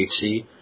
hc